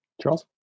Charles